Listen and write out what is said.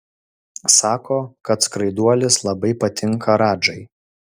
sako kad skraiduolis labai patinka radžai